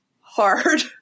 hard